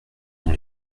dans